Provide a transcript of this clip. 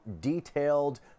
detailed